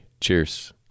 Cheers